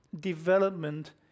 development